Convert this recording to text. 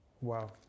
Wow